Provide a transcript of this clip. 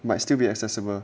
but still be accessible